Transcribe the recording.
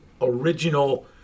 original